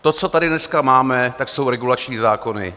To, co tady dneska máme, tak jsou regulační zákony.